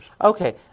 Okay